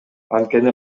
анткени